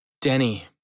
Denny